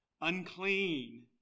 unclean